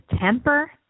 temper